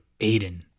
Aiden